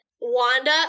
Wanda